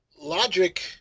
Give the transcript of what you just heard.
logic